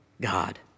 God